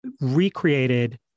recreated